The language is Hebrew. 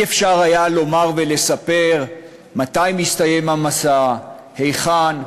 לא היה אפשר לומר ולספר מתי מסתיים המסע והיכן,